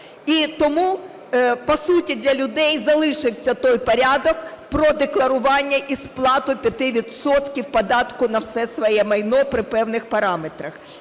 І тому, по суті, для людей залишився той порядок про декларування і сплату 5 відсотків податку на все своє майно при певних параметрах.